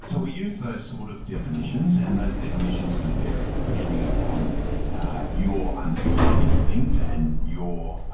so we use those sort of definitions and those definitions can vary depending upon your understanding of things and your